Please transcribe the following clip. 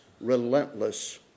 relentless